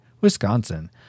Wisconsin